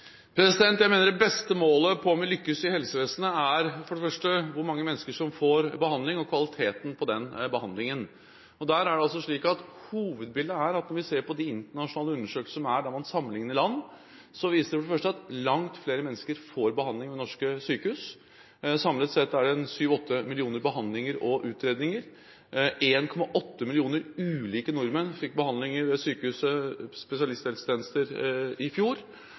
Jeg mener det beste målet på om en lykkes i helsevesenet først og fremst er hvor mange mennesker som får behandling, og kvaliteten på den behandlingen. Hovedbildet, når vi ser på de internasjonale undersøkelsene, der man sammenligner land, viser for det første at langt flere mennesker får behandling ved norske sykehus. Samlet sett er det sju–åtte millioner behandlinger og utredninger. 1,8 millioner ulike nordmenn fikk behandling ved sykehusenes spesialisthelsetjenester i fjor,